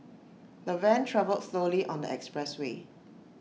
the van travelled slowly on the expressway